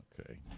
Okay